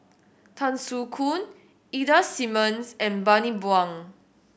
Tan Soo Khoon Ida Simmons and Bani Buang